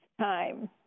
time